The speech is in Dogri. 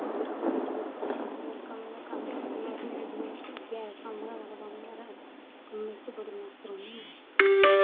कम्में च आ'ऊं बड़ी बी खुश रौह्न्नी कम्म गै कम्म करां मेरे मनै च इयै कम्म गै करां कम्म गै करां कम्मै च बड़ी मस्त रौह्न्नी